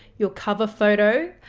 your cover photo,